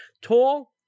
Tall